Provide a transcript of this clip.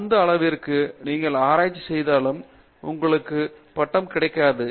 எந்த அளவிற்கு நீங்கள் ஆராய்ச்சி செய்தாலும் உங்களுக்கு பட்டம் கிடைக்காது